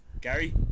Gary